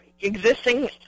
existing